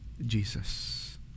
Jesus